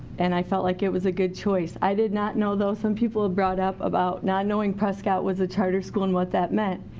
and i felt like it was a good choice. i did not know though, some people ah brought up about not knowing prescott was a charter school and what that meant.